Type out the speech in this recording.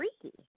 freaky